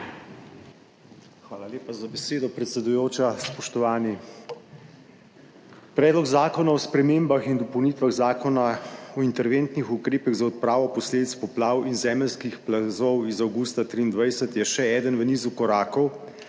Hvala lepa za besedo, predsedujoča. Spoštovani! Predlog zakona o spremembah in dopolnitvah Zakona o interventnih ukrepih za odpravo posledic poplav in zemeljskih plazov iz avgusta 2023, je še eden v nizu korakov,